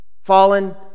Fallen